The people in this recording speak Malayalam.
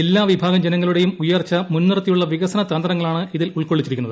ഏല്ലാവിഭാഗം ജനങ്ങളുടെയും ഉയർച്ച മുൻനിർത്തിയുള്ള് വകസന തന്ത്രങ്ങളാണ് ഇതിൽ ഉൾക്കൊള്ളിച്ചിരിക്കുന്നത്